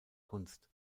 kunst